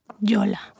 Yola